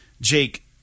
Jake